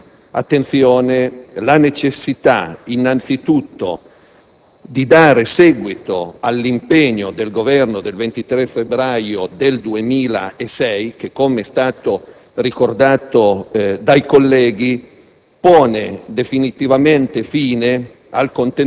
perché entrambe pongono alla nostra attenzione la necessità innanzitutto di dar seguito all'impegno del Governo del 23 febbraio del 2006 che - come è stato ricordato dai colleghi